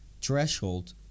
threshold